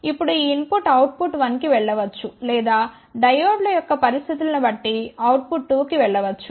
ఇప్పుడు ఈ input output 1 కి వెళ్ళవచ్చు లేదా డయోడ్ల యొక్క పరిస్థితులను బట్టి అవుట్ పుట్ 2 కి వెళ్ళవచ్చు